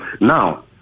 now